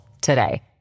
today